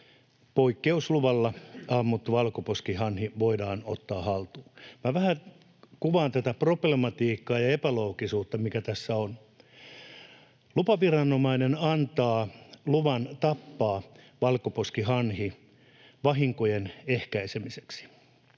poikkeusluvalla ammuttu valkoposkihanhi voidaan ottaa haltuun. Minä vähän kuvaan tätä problematiikkaa ja epäloogisuutta, mikä tässä on: Lupaviranomainen antaa luvan tappaa valkoposkihanhi vahinkojen ehkäisemiseksi.